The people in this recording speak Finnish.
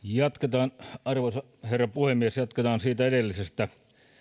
arvoisa puhemies jatketaan siitä edellisestä